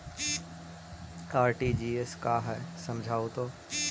RTGS का है समझाहू तो?